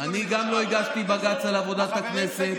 גם אני לא הגשתי בג"ץ על עבודת הכנסת.